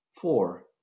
Four